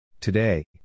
Today